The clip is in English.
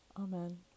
Amen